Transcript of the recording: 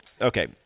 okay